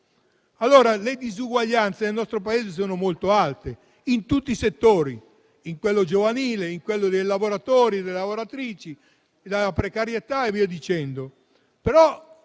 fare. Le disuguaglianze nel nostro Paese sono molto alte, in tutti i settori: in quello giovanile, in quello dei lavoratori e delle lavoratrici, nell'ambito della